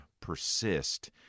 persist